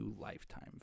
Lifetime